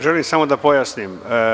Želim samo da pojasnim.